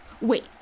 Wait